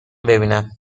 ببینم